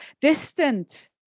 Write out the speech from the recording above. distant